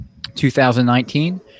2019